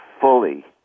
fully